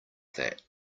that